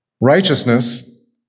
Righteousness